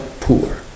poor